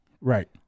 Right